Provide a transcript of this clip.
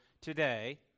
today